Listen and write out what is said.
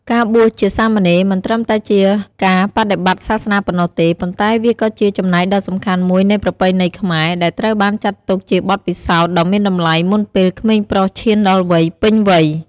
ការបួសជាសាមណេរ មិនត្រឹមតែជាការបដិបត្តិសាសនាប៉ុណ្ណោះទេ ប៉ុន្តែវាក៏ជា ចំណែកដ៏សំខាន់មួយនៃប្រពៃណីខ្មែរ ដែលត្រូវបានចាត់ទុកជាបទពិសោធន៍ដ៏មានតម្លៃមុនពេលក្មេងប្រុសឈានដល់វ័យពេញវ័យ។